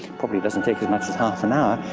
probably doesn't take as much as half an hour,